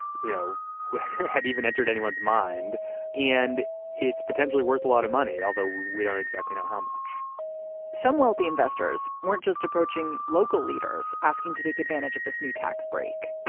you know had even entered anyone's mind and it's potentially worth a lot of money, although we don't exactly know how much some wealthy investors weren't just approaching local leaders asking to take advantage of this new tax break.